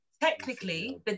Technically